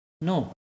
No